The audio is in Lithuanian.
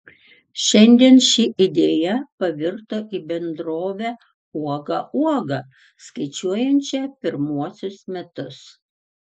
šiandien ši idėja pavirto į bendrovę uoga uoga skaičiuojančią pirmuosius metus